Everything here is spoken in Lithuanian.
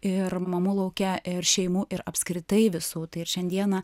ir mamų lauke ir šeimų ir apskritai visų tai ir šiandieną